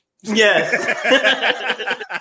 Yes